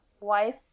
wife